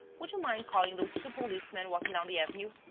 would you mind calling those two policemen walking down the avenue?